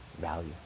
value